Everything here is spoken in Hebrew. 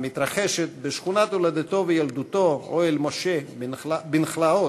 המתרחשת בשכונת הולדתו וילדותו, אוהל-משה בנחלאות,